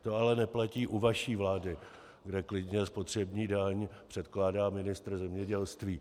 To ale neplatí u vaší vlády, kde klidně spotřební daň předkládá ministr zemědělství.